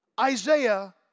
Isaiah